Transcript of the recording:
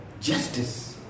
justice